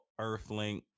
Earthlink